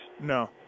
No